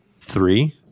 three